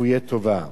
כפויי טובה.